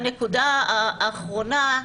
הנקודה האחרונה.